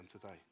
today